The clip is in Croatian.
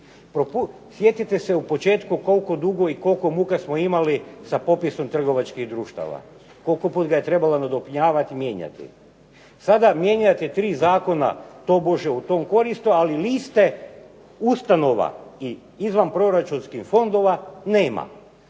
Sjetite se u početku koliko dugo i koliko muka smo imali sa popisom trgovačkih društava, koliko puta ga je trebalo nadopunjavati i mijenjati. Sada mijenjati tri zakona tobože u toj koristi, ali liste ustanova i izvanproračunskih fondova nema,